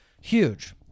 huge